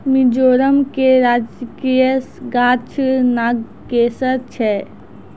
मिजोरम के राजकीय गाछ नागकेशर छै